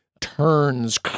turns